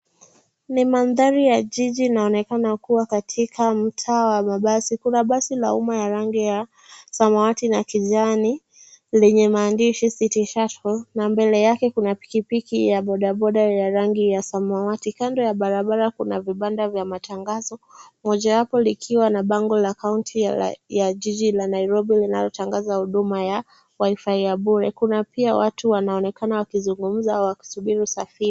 Ni mandhari ya jiji inaonekana kuwa katika mtaa wa mabasi. Kuna basi la umma ya rangi ya samawati na kijani lenye maandishi City Shuttle na mbele yake kuna pikipiki ya bodaboda ya rangi ya samawati. Kando ya barabara kuna vibanda vya matangazo, mojawapo likiwa na bango la kaunti ya jiji la Nairobi linalotangaza huduma ya WiFi ya bure. Kuna pia watu wanaonekana wakizungumza au wakisubiri usafiri.